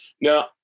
Now